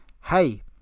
hey